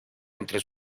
entre